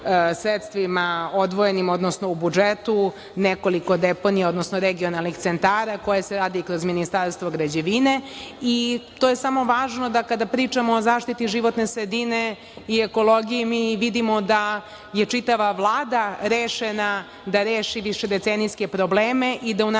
sredstvima odvojenim, odnosno u budžetu nekoliko deponija, odnosno regionalnih centara koje se radi kroz Ministarstvo građevine. To je samo da kada pričamo o zaštiti životne sredine i ekologije mi vidimo da je čitava Vlada rešena da reši višedecenijske probleme i da unapredimo